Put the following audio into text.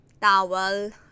towel